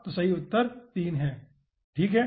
तो सही उत्तर 3 है ठीक है